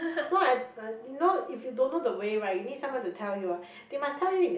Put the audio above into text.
no at uh you know if you don't know the way right you need someone to tell you ah they must tell you in